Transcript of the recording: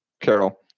Carol